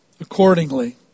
accordingly